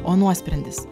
o nuosprendis